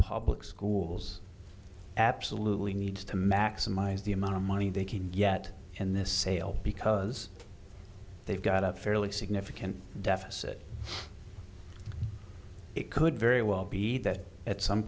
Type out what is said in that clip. public schools absolutely needs to maximize the amount of money they can get in this sale because they've got a fairly significant deficit it could very well be that at some